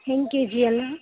ಹೆಂಗೆ K G ಎಲ್ಲಾ